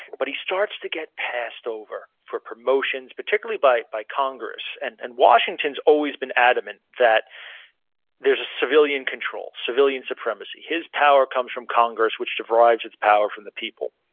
but he starts to get passed over for promotions, particularly by by congress, and and washington's always been adamant that there's a civilian control, civilian supremacy. his power comes from congress, which derives its power from the people.